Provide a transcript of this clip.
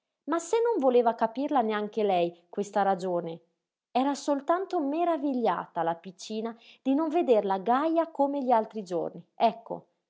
ma se non voleva capirla neanche lei questa ragione era soltanto meravigliata la piccina di non vederla gaja come gli altri giorni ecco